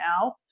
now